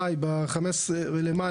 נזהר אבל